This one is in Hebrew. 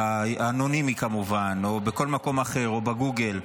-- אנונימי כמובן, או בכל מקום אחר, או בגוגל,